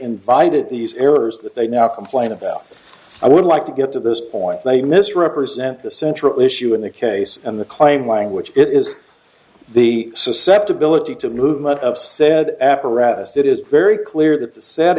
invited these errors that they now complain about i would like to get to this point they misrepresent the central issue in the case and the claim language it is the susceptibility to movement of said apparatus it is very clear that the s